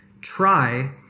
try